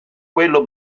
quello